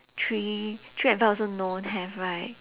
three three and four also don't have right